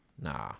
Nah